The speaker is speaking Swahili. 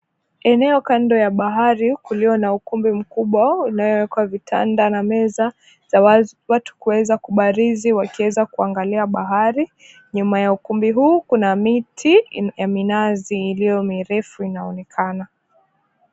Eneo kando ya bahari ulio na ukumbi mkubwa unaoekwa vitanda na meza za watu kuweza kubarizi wakieza kuangalia bahari. Nyuma ya ukumbi huu kuna miti ya minazi ilio mirefu inaonekana.